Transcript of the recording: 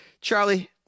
Charlie